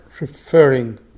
referring